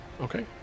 Okay